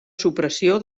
supressió